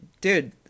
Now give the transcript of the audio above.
dude